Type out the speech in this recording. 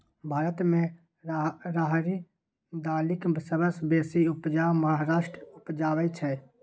भारत मे राहरि दालिक सबसँ बेसी उपजा महाराष्ट्र उपजाबै छै